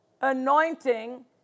anointing